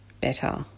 better